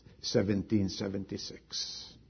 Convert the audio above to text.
1776